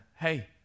hey